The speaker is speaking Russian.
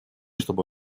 чтобы